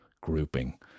grouping